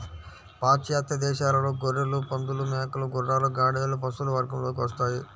పాశ్చాత్య దేశాలలో గొర్రెలు, పందులు, మేకలు, గుర్రాలు, గాడిదలు పశువుల వర్గంలోకి వస్తాయి